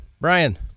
Brian